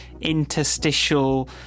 interstitial